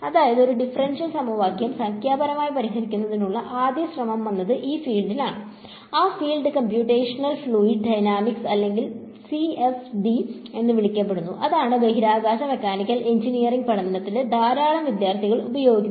അതായത് ഒരു ഡിഫറൻഷ്യൽ സമവാക്യം സംഖ്യാപരമായി പരിഹരിക്കുന്നതിനുള്ള ആദ്യ ശ്രമം വന്നത് ഈ ഫീൽഡിൽ ആണ് ആ ഫീൽഡ് കംപ്യൂട്ടേഷണൽ ഫ്ലൂയിഡ് ഡൈനാമിക്സ് അല്ലെങ്കിൽ CFD എന്ന് വിളിക്കപ്പെട്ടു അതാണ് ബഹിരാകാശ മെക്കാനിക്കൽ എഞ്ചിനീയറിംഗ് പഠനത്തിലെ ധാരാളം വിദ്യാർത്ഥികൾ ഉപയോഗിക്കുന്നത്